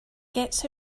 gets